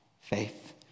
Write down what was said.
faith